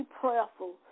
prayerful